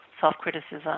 self-criticism